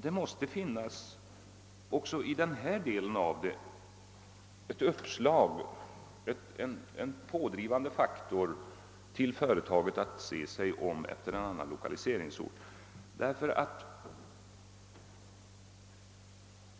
det måste finnas en pådrivande faktor för företaget att se sig om efter en annan lokaliseringsort.